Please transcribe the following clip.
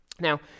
Now